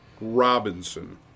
Robinson